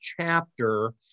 chapter